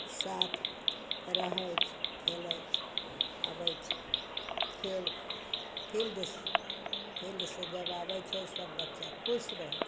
साथ रहय छै खेलय छै आबय छै खेलकऽ फील्डसँ फील्डसँ जब आबय छै सब बच्चा खुश रहय छै